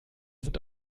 sind